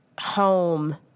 home